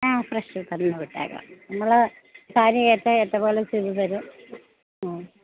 ആ ഫ്രഷ് തന്നുവിട്ടേക്കാം നമ്മള് കാര്യം ഏറ്റാൽ ഏറ്റതുപോലെ ചെയ്തു തരും ആ